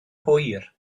hwyr